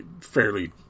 fairly